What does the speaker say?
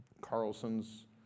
Carlson's